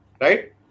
Right